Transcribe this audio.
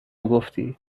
گفتی